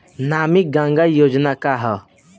नमामि गंगा योजना का ह?